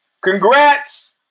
Congrats